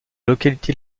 localité